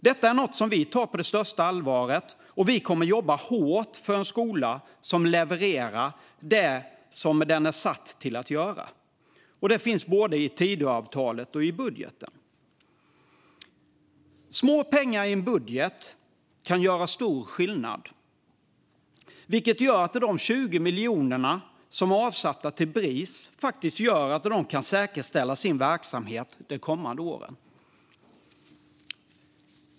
Detta är något som vi tar på största allvar, och vi kommer att jobba hårt för en skola som levererar det den är satt till att göra. Detta finns både i Tidöavtalet och i budgeten. Små pengar i en budget kan göra stor skillnad, vilket gör att de 20 miljoner som är avsatta till Bris faktiskt innebär att de kan säkerställa sin verksamhet det kommande året.